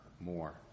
more